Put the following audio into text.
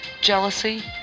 jealousy